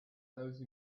those